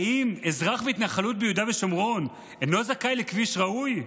האם האזרח בהתנחלות ביהודה ושומרון אינו זכאי לכביש ראוי?